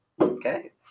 Okay